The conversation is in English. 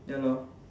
ya lor